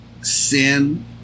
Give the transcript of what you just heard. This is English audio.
sin